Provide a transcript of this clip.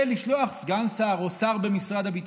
ולשלוח סגן שר או שר במשרד הביטחון,